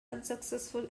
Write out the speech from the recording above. unsuccessful